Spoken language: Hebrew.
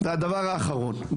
הדבר האחרון,